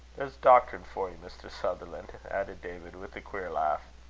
there's doctrine for ye, mr. sutherlan' added david, with a queer laugh.